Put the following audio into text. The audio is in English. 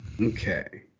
Okay